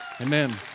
Amen